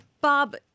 Bob